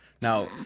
Now